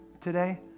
today